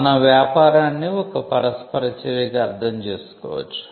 మనం వ్యాపారాన్ని ఒక పరస్పర చర్యగా అర్థం చేసుకోవచ్చు